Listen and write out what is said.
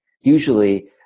Usually